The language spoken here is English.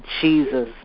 jesus